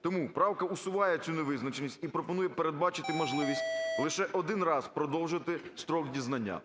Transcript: Тому правка усуває цю невизначеність і пропонує передбачити можливість лише один раз продовжити строк дізнання.